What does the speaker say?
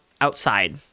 outside